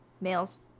males